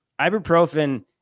ibuprofen